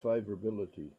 favorability